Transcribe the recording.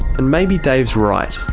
and maybe dave's right,